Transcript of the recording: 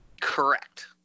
Correct